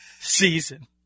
season